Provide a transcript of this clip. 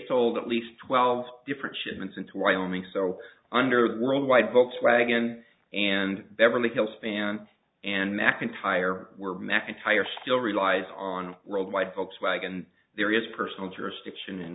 sold at least twelve different shipments into wyoming so under the worldwide boats wagon and beverly hills fan and mcintyre were mcintyre still relies on worldwide volkswagen there is personal jurisdiction in